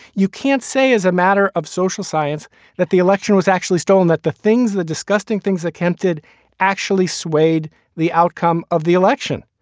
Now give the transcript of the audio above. you can't say as a matter of social science that the election was actually stolen, that the things, the disgusting things that counted actually swayed the outcome of the election.